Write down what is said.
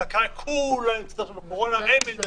המחלקה כולה נמצאת עכשיו בקורונה, אין עם מי לדבר.